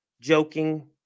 joking